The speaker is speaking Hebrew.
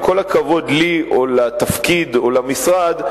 עם כל הכבוד לי או לתפקיד או למשרד,